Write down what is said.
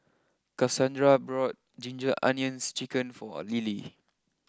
Kassandra bought Ginger Onions Chicken for Lily